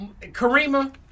Karima